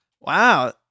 Wow